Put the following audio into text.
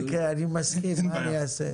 אני מסכים, מה אני אעשה.